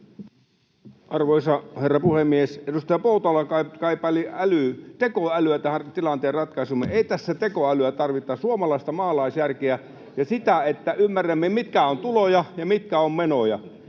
Arvoisa herra puhemies! Edustaja Poutala kaipaili tekoälyä tämän tilanteen ratkaisemiseksi. Ei tässä tekoälyä tarvita, vaan suomalaista maalaisjärkeä ja sitä, että ymmärrämme, mitkä ovat tuloja ja mitkä ovat menoja.